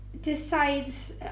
decides